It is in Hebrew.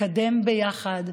לקדם ביחד,